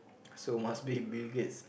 so must be Bill-Gates